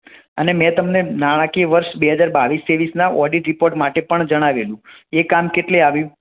અને મેં તમને નાણાકીય વર્ષ બે હજાર બાવીસ ત્રેવીસના ઑડિટ રીપોર્ટ માટે પણ જણાવેલું એ કામ કેટલે આવ્યું